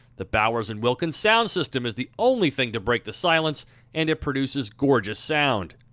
the bowers and wilkins sound system is the only thing to break the silence and it produces gorgeous sound.